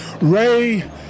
Ray